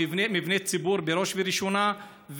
מבני ציבור בראש ובראשונה,